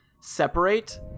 separate